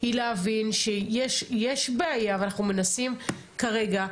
היא להבין שיש בעיה ואנחנו מנסים כרגע.